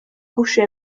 couché